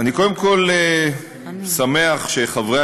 אני קודם כול שמח שחברי